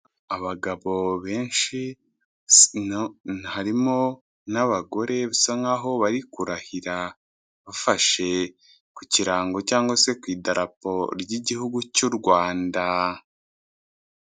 Abagabo benshi harimo n'abagore bisa nkaho bari kurahira bafashe ku kirango cyangwa se ku idarapo ry'igihugu cy'u Rwanda.